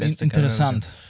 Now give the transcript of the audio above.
Interessant